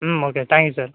ம் okay thank you sir